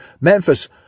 Memphis